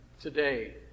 today